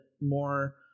more